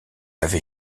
avait